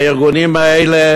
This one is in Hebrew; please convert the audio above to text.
הארגונים האלה